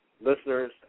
listeners